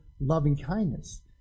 loving-kindness